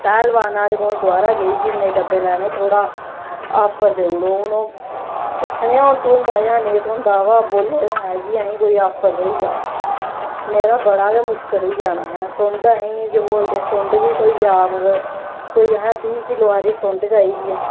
पैह्लवान आह्ले कोल अज्ज दबारा गेई केह् इ'न्ने डब्बे लैने थोह्ड़ा आफर देई ओड़ो हून ओह् दिक्खने आं हून थ्होंदा ऐ जां नेईं थ्होंदा ऐ अवा बोलेआ ते ऐ ही असें कोई आफर थ्होई जा नेईं ते बड़ा गै मुश्किल होई जाना असें सुंड असेंगी केह् बोलदे सुंड बी थ्होई जा कुतै कोई असें बीह् किल्लो हारी सुंड चाहिदी ऐ